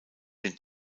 den